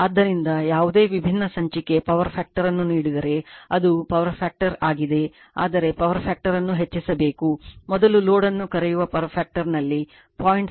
ಆದ್ದರಿಂದ ಯಾವುದೇ ವಿಭಿನ್ನ ಸಂಚಿಕೆ power factor ನ್ನು ನೀಡಿದರೆ ಅದು power factor ಆಗಿದೆ ಆದರೆ power factor ನ್ನು ಹೆಚ್ಚಿಸಬೇಕು ಮೊದಲ ಲೋಡ್ ಅನ್ನು ಕರೆಯುವ power factor ನಲ್ಲಿ 0